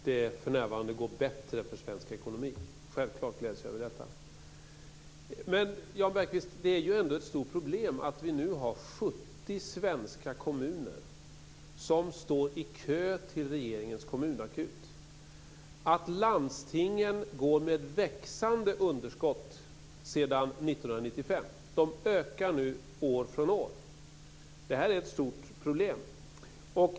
Herr talman! Jag gläds naturligtvis med Jan Bergqvist över att det för närvarande går bättre för svensk ekonomi. Men det är ju ändå ett stort problem att vi nu har 70 svenska kommuner som står i kö till regeringens kommunakut och att landstingen går med växande underskott sedan 1995. De ökar år från år. Det är ett stort problem.